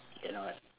cannot